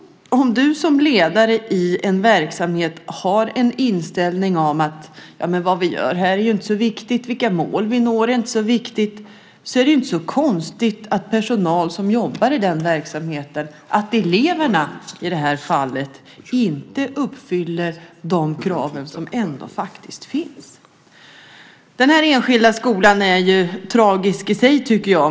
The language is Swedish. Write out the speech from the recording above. Om du som ledare i en verksamhet har inställningen att vad man gör inte är så viktigt och att vilka mål man når inte är så viktigt är det inte konstigt att den personal som jobbar i verksamheten - eleverna i det här fallet - inte uppfyller de krav som ändå faktiskt finns. Denna enskilda skola är tragisk i sig.